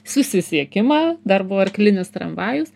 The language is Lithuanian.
susisiekimą dar arklinis tramvajus